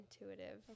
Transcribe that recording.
intuitive